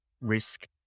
risk